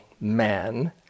man